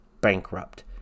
bankrupt